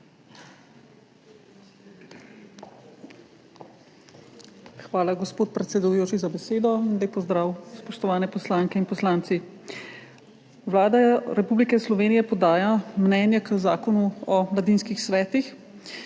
Hvala, gospod predsedujoči, za besedo. Lep pozdrav, spoštovane poslanke in poslanci! Vlada Republike Slovenije podaja mnenje k zakonu o mladinskih svetih,